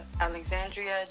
alexandria